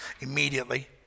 Immediately